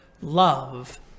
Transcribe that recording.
Love